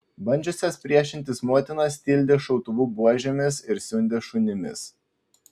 bandžiusias priešintis motinas tildė šautuvų buožėmis ir siundė šunimis